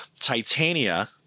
Titania